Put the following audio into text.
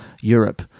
europe